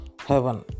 Heaven